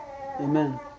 Amen